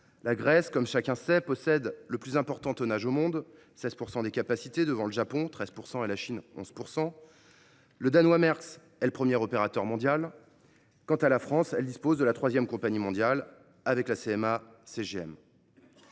La Grèce, comme chacun le sait, possède le plus important tonnage au monde, avec 16 % des capacités mondiales, devant le Japon, qui en détient 13 %, et la Chine, 11 %. L’armateur danois Maersk est le premier opérateur mondial. Quant à la France, elle dispose de la troisième compagnie mondiale avec la CMA CGM.